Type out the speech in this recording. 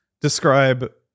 describe